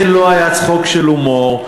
לא, הצחוק הזה לא היה צחוק של הומור.